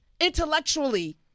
intellectually